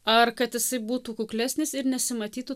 ar kad jisai būtų kuklesnis ir nesimatytų